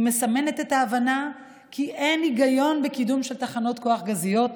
היא מסמנת את ההבנה כי אין היגיון בקידום של תחנות כוח גזיות מזהמות,